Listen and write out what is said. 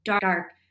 dark